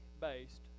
based